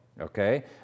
Okay